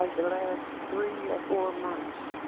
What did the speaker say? ah the last three or four months,